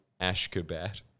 Ashkabat